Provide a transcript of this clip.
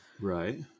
Right